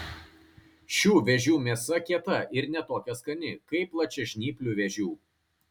šių vėžių mėsa kieta ir ne tokia skani kaip plačiažnyplių vėžių